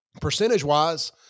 percentage-wise